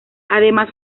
además